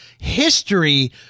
history